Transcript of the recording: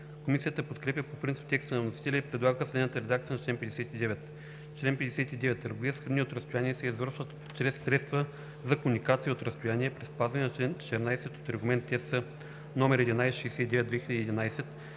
Комисията подкрепя по принцип текста на вносителя и предлага следната редакция на чл. 59: „Чл. 59. Търговия с храни от разстояние се извършва чрез средства за комуникация от разстояние при спазване на чл. 14 от Регламент (ЕС) № 1169/2011,